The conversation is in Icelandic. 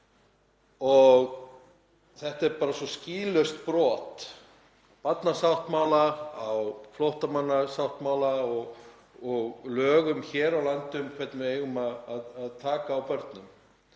Þetta er bara svo skýlaust brot á barnasáttmála, á flóttamannasáttmála og lögum hér á landi um hvernig við eigum að taka á móti börnum.